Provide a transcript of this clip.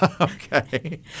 Okay